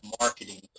marketing